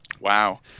Wow